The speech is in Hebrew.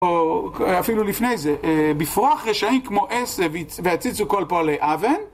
או אפילו לפני זה, בפרוח רשעים כמו עשב והציצו כל פועלי אוון